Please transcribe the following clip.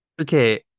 okay